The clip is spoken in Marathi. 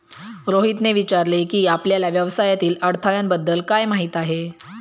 रोहितने विचारले की, आपल्याला व्यवसायातील अडथळ्यांबद्दल काय माहित आहे?